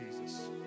Jesus